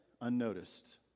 unnoticed